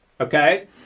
okay